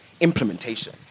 Implementation